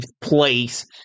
place